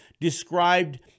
described